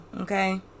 okay